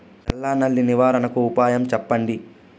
తెల్ల నల్లి నివారణకు ఉపాయం చెప్పండి?